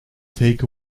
take